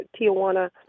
Tijuana